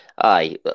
Aye